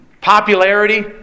Popularity